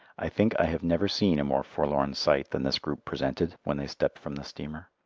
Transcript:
i think i have never seen a more forlorn sight than this group presented when they stepped from the steamer.